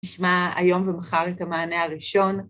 נשמע היום ומחר את המענה הראשון.